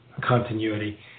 continuity